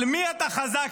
על מי אתה חזק?